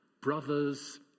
brothers